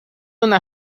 una